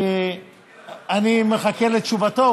מחכה לתשובתו,